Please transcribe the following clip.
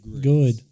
good